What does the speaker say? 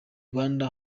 rwanda